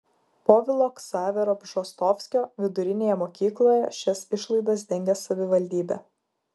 povilo ksavero bžostovskio vidurinėje mokykloje šias išlaidas dengia savivaldybė